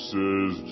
Says